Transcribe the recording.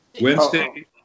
Wednesday